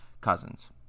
cousins